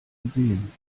gesehen